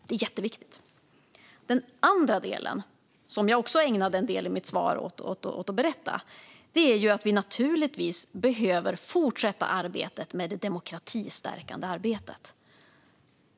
Det är jätteviktigt. Den andra, som jag också ägnade en del av mitt svar åt att berätta om, är att vi naturligtvis behöver fortsätta det demokratistärkande arbetet.